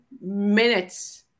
minutes